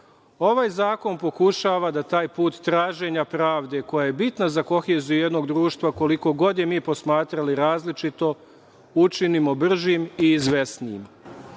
Ovaj zakon pokušava da taj put traženja pravde koja je bitna za koheziju jednog društva koliko god je mi posmatrali različito učinimo bržim i